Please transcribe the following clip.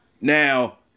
Now